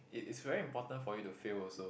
it is very important for you to fail also